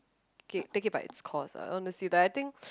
okay take it by its course ah honestly but I think